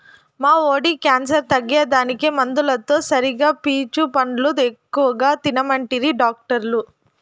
మా వోడి క్యాన్సర్ తగ్గేదానికి మందులతో సరిగా పీచు పండ్లు ఎక్కువ తినమంటిరి డాక్టర్లు